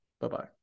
Bye-bye